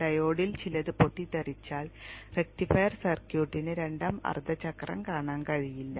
ഡയോഡിൽ ചിലത് പൊട്ടിത്തെറിച്ചാൽ റക്റ്റിഫയർ സർക്യൂട്ടിന് രണ്ടാം അർദ്ധ ചക്രം കാണാൻ കഴിയില്ല